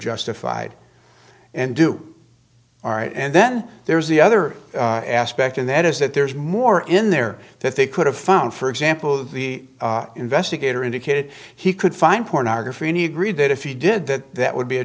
justified and do all right and then there's the other aspect and that is that there's more in there that they could have found for example of the investigator indicated he could find pornography and he agreed that if he did that that would be a